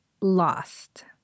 lost